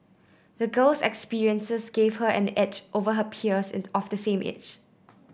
the girl's experiences gave her an edge over her peers of the same age